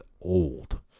old